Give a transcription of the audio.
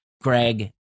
Greg